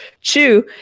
chew